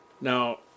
Now